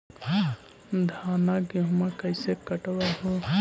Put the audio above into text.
धाना, गेहुमा कैसे कटबा हू?